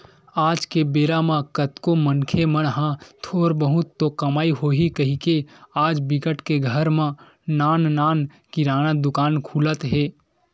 आज के बेरा म कतको मनखे मन ह थोर बहुत तो कमई होही कहिके आज बिकट के घर म नान नान किराना दुकान खुलत हे